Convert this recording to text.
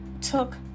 took